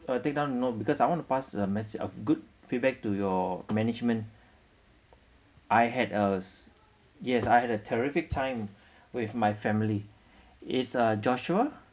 uh take down the note because I want to pass the message of good feedback to your management I had uh s~ yes I had a terrific time with my family it's uh joshua